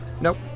Nope